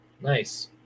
nice